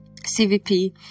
CVP